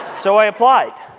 so i applied,